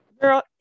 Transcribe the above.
girl